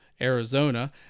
Arizona